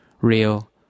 real